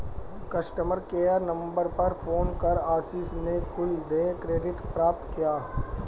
customer care number पर phone कर आशीष ने कुल देय क्रेडिट प्राप्त किया